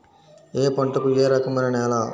ఏ పంటకు ఏ రకమైన నేల?